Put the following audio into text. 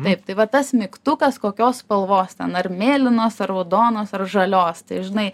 taip tai va tas mygtukas kokios spalvos ten ar mėlynos ar raudonos ar žalios tai žinai